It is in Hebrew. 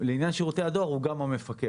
לעניין שירותי הדואר יכול להיות גם המפקח.